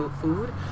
food